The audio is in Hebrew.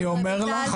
אני אומר לך,